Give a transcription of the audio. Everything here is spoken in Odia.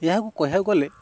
ଏହାକୁ କହିବାକୁ ଗଲେ